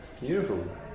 Beautiful